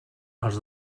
els